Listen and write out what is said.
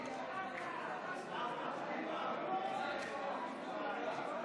את הצעת חוק שיפוט בתי דין דתיים (בוררות),